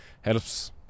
helps